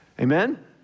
amen